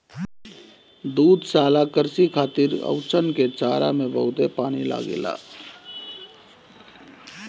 दुग्धशाला कृषि खातिर चउवन के चारा में बहुते पानी लागेला